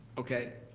okay,